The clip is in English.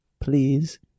Please